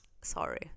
sorry